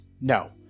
No